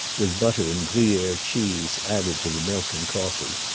with butter and gruyere cheese added to the milk and coffee.